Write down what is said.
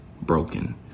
broken